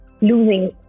losing